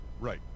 Right